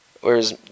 Whereas